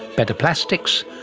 better plastics.